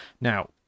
now